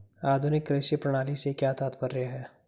आधुनिक कृषि प्रणाली से क्या तात्पर्य है?